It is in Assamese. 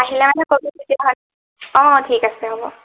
আহিলে মানে ক'বি কেতিয়া আহ অ ঠিক আছে হ'ব